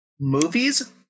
Movies